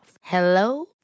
Hello